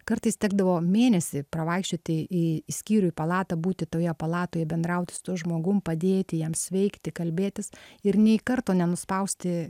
kartais tekdavo mėnesį pravaikščioti į skyrių į palatą būti toje palatoje bendrauti su tuo žmogum padėti jam sveikti kalbėtis ir nei karto nenuspausti